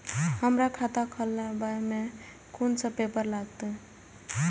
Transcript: हमरा खाता खोलाबई में कुन सब पेपर लागत?